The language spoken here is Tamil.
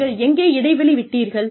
நீங்கள் எங்கே இடைவெளி விட்டீர்கள்